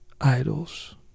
idols